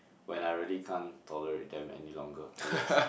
when I really can't tolerate them any longer I guess